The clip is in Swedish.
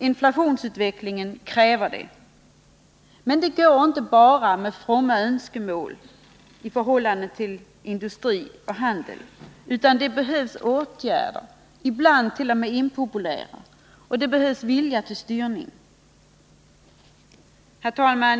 Inflationsutvecklingen kräver det. Men det går inte med bara fromma önskemål när det gäller industri och handel. Det behövs åtgärder—-iblandt.o.m. impopulära åtgärder — och det behövs också vilja till styrning. Herr talman!